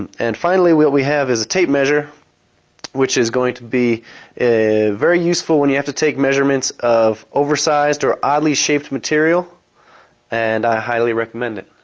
and and finally, what we have is a tape measure which is going to be very useful when you have to take measurements of oversized or oddly shaped material and i highly recommend it.